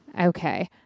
Okay